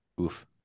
oof